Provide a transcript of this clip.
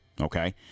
Okay